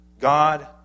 God